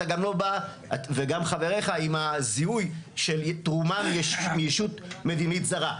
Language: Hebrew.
וגם חבריך עם הזיהוי של תרומה מישות מדינית זרה.